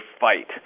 fight